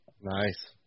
Nice